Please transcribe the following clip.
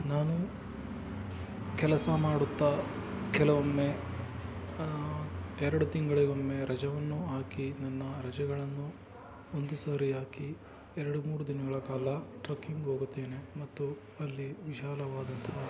ನಾನು ಕೆಲಸ ಮಾಡುತ್ತಾ ಕೆಲವೊಮ್ಮೆ ಎರಡು ತಿಂಗಳಿಗೊಮ್ಮೆ ರಜವನ್ನು ಹಾಕಿ ನನ್ನ ರಜೆಗಳನ್ನು ಒಂದು ಸರಿ ಹಾಕಿ ಎರಡು ಮೂರು ದಿನಗಳ ಕಾಲ ಟ್ರಕ್ಕಿಂಗ್ ಹೋಗುತ್ತೇನೆ ಮತ್ತು ಅಲ್ಲಿ ವಿಶಾಲವಾದಂತಹ